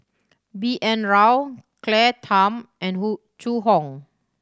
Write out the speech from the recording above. B N Rao Claire Tham and Zhu Hong